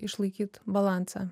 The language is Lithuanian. išlaikyt balansą